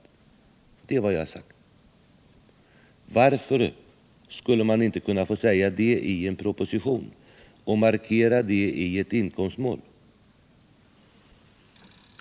Detta är vad jag har sagt, och varför skulle man inte få göra ett sådant uttalande i en proposition och markera det i ett inkomstmål?